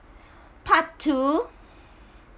part two